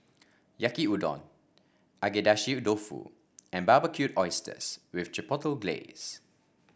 Yaki Udon Agedashi Dofu and Barbecued Oysters with Chipotle Glaze